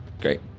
Great